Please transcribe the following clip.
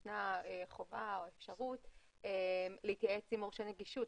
יש חובה או אפשרות להתייעץ עם מורשה נגישות.